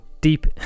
deep